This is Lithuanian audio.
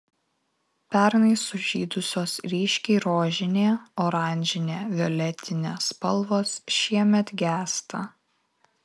pernai sužydusios ryškiai rožinė oranžinė violetinė spalvos šiemet gęsta